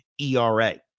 ERA